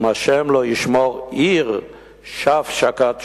אם ה' לא ישמור עיר שווא שקד שומר.